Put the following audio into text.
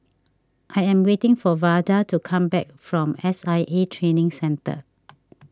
I am waiting for Vada to come back from S I A Training Centre